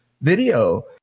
video